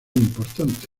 importante